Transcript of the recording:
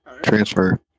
transfer